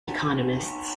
economists